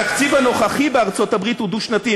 התקציב הנוכחי בארצות-הברית הוא דו-שנתי,